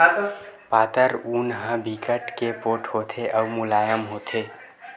पातर ऊन ह बिकट के पोठ होथे अउ मुलायम होथे